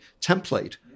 template